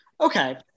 Okay